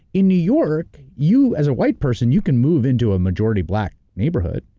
in new york you as a white person you can move into a majority black neighborhood.